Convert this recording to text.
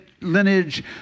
lineage